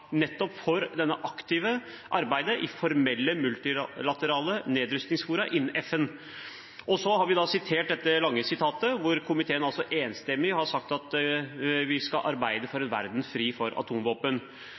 nettopp for dette aktive arbeidet i formelle multilaterale nedrustningsfora innen FN. Og så har vi dette lange sitatet, hvor altså komiteen enstemmig har sagt at vi skal arbeide for